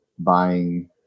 buying